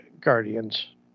Guardians